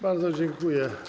Bardzo dziękuję.